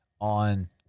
on